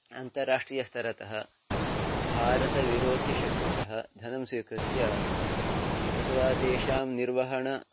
अन्ताराष्ट्रियस्तरतः भारतविरोधिशक्तितः धनं स्वीकृत्य अथवा तेषां निर्वहणं